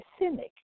cynic